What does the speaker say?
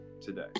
today